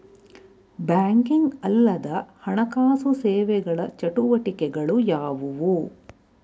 Banking ಅಲ್ಲದ ಹಣಕಾಸು ಸೇವೆಗಳ ಚಟುವಟಿಕೆಗಳು ಯಾವುವು?